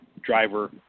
driver